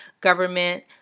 government